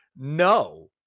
no